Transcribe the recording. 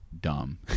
dumb